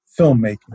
filmmaking